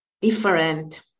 different